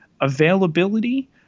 availability